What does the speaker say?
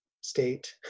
state